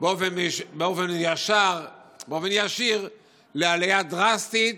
באופן ישיר לעלייה דרסטית,